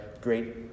great